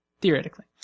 Theoretically